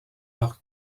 leur